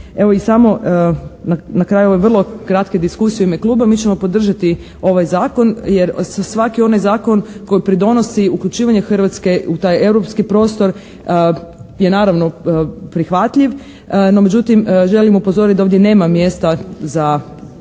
Evo i samo na kraju ove vrlo kratke diskusije u ime kluba, mi ćemo podržati ovaj Zakon jer svaki onaj zakon koji pridonosi uključivanje Hrvatske u taj europski prostor je naravno prihvatljiv, no međutim želim upozoriti da ovdje nema mjesta za